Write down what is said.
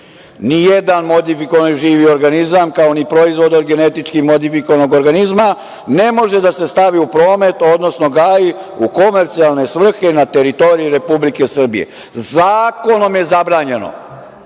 nijedan modifikovani živi organizam, kao ni proizvod od genetički modifikovanog organizma ne može da se stavi u promet, odnosno gaji u komercijalne svrhe na teritoriji Republike Srbije - zakonom je zabranjeno,